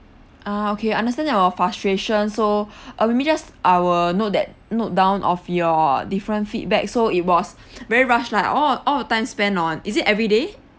ah okay understand your frustration so uh maybe just I will note that note down of your different feedback so it was very rush lah all all of time spend on is it everyday